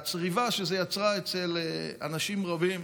והצריבה שזה יצר אצל אנשים רבים,